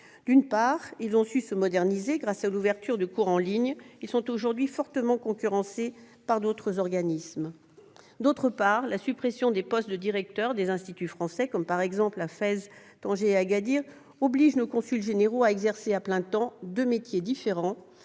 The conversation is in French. D'une part, s'ils ont su se moderniser grâce à l'ouverture de cours en ligne, ils sont aujourd'hui fortement concurrencés par d'autres organismes. D'autre part, la suppression des postes des directeurs des instituts français de Fès, de Tanger et d'Agadir oblige nos consuls généraux à exercer à plein temps deux métiers différents